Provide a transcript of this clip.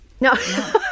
No